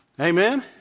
Amen